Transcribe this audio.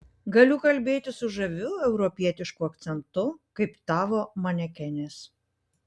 galiu kalbėti su žaviu europietišku akcentu kaip tavo manekenės